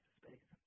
space